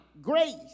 grace